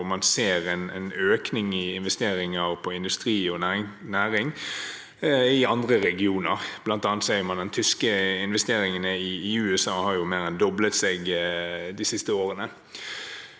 og man ser en økning i investeringer i industri og næring i andre regioner. Blant annet ser man at tyske investeringer i USA har mer enn doblet seg de siste årene.